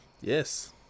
Yes